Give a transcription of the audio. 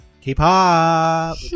k-pop